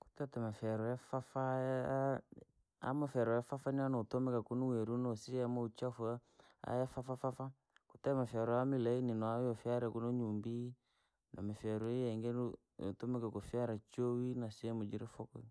Kwatite mapyairoo yafafaa, amafyairaa yafafa yanotumikaa kuniwanua luniwanua siemu muchafua, aya fafafa, kutema kutemafyaramire malaini nayono fyaira kunu nyumbii, na miferiye ingeru itumika ukufyara chui na sehemu jira.